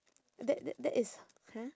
that that that is !huh!